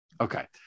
Okay